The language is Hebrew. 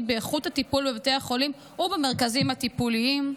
באיכות הטיפול בבתי החולים ובמרכזים הטיפוליים.